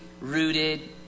rooted